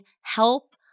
help